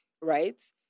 right